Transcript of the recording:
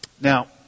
Now